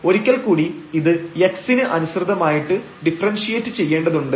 അപ്പോൾ ഒരിക്കൽ കൂടി ഇത് x ന് അനുസൃതമായിട്ട് ഡിഫറെൻഷിയേറ്റ് ചെയ്യേണ്ടതുണ്ട്